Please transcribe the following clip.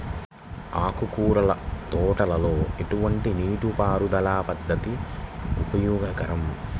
ఆకుకూరల తోటలలో ఎటువంటి నీటిపారుదల పద్దతి ఉపయోగకరం?